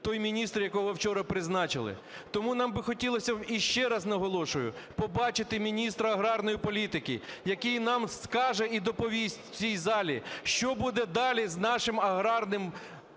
той міністр, якого ви вчора призначили. Тому нам би хотілося, ще раз наголошую, побачити Міністра аграрної політики, який нам скаже і доповість у цій залі: що буде далі з нашим аграрним напрямком,